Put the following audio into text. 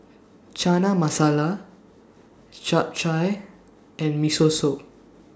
Chana Masala Japchae and Miso Soup